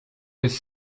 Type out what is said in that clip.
jest